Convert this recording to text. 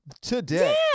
today